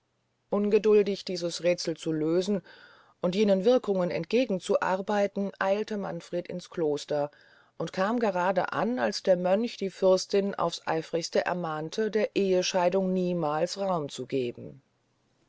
ungeduldig dies räthsel zu lösen und jenen wirkungen entgegen zu arbeiten eilte manfred ins kloster und kam grade an als der mönch die fürstin aufs eifrigste ermahnte der ehescheidung niemals raum zu geben